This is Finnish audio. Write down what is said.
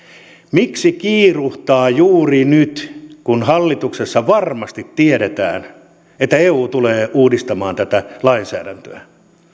miksi kiiruhtaa juuri nyt kun hallituksessa varmasti tiedetään että eu tulee uudistamaan tätä lainsäädäntöä